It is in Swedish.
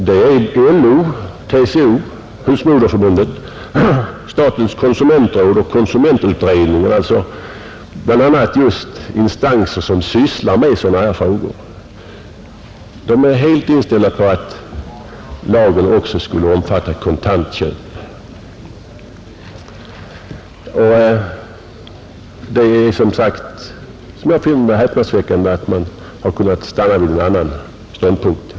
Så är fallet med LO, TCO, Husmodersförbundet, statens konsumentråd och konsumentutredningen, alltså instanser som bl.a. sysslar med just sådana här frågor. De är helt inställda på att lagen också skulle omfatta kontantköp. Jag finner det som sagt häpnadsväckande att man har kunnat stanna vid en annan ståndpunkt.